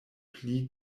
pli